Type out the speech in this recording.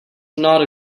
not